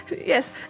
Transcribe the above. Yes